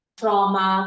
trauma